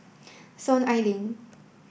Soon Ai Ling